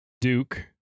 Duke